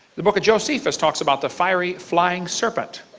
the book of josephus talks about the fiery flying serpent